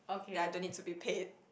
ya don't need to be paid